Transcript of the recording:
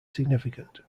significant